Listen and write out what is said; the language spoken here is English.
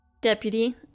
Deputy